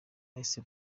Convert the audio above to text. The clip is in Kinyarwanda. ice